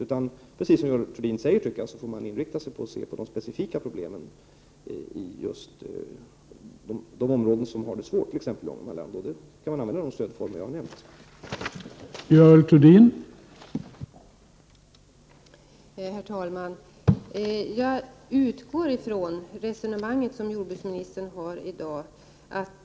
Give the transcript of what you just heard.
Som Görel Thurdin säger får man inrikta sig på de specifika problem i just de områden som har svårigheter, t.ex. Ångermanland där det finns möjlighet att använda de stödformer som jag tidigare nämnde.